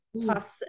plus